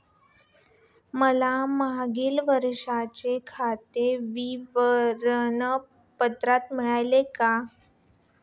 मला मागील वर्षाचे खाते विवरण पत्र मिळेल का?